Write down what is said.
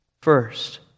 first